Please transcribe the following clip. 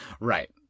Right